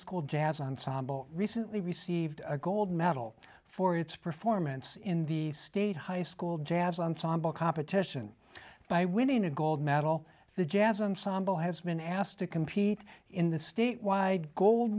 ensemble recently received a gold medal for its performance in the state high school jazz ensemble competition by winning a gold medal the jazz ensemble has been asked to compete in the statewide gold